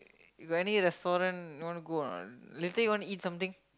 got any restaurant you wanna go or not later you want eat something